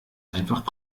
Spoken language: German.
einfach